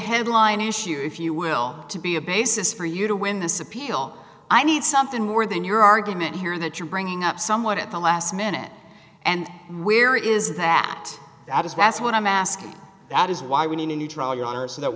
headline issue if you will to be a basis for you to win this appeal i need something more than your argument here that you're bringing up somewhat at the last minute and where is that i just passed what i'm asking that is why we need a new trial your honor so that